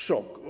Szok?